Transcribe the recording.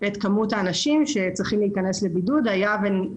את כמות האנשים שצריכים להיכנס לבידוד במקרה